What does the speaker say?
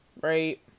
right